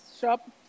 shop